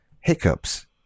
hiccups